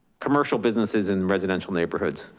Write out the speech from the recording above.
commercial businesses in residential neighborhoods.